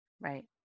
Right